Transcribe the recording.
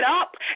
up